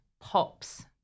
pop's